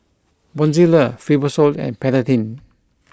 Bonjela Fibrosol and Betadine